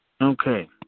Okay